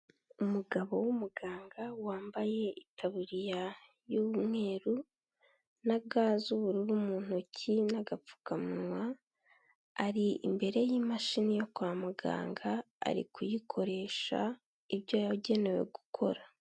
Umugabo w'umuganga wambaye itaburiya y'umweru na ga z'ubururu mu ntoki n'agapfukamunwa, ari imbere y'imashini yo kwa muganga, ari kuyikoresha ibyo yagenewe gukora.